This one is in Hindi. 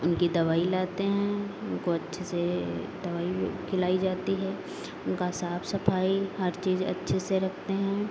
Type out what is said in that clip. उनकी दवाई लाते हैं उनको अच्छे से दवाई खिलाई जाती है उनका साफ सफाई हर चीज़ अच्छे से रखते हैं